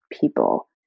people